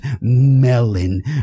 melon